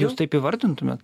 jūs taip įvardintumėt